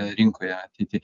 rinkoje ateity